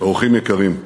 אורחים יקרים.